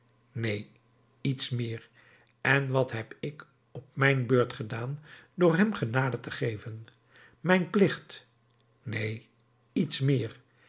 neen iets meer en wat heb ik op mijn beurt gedaan door hem genade te geven mijn plicht neen iets meer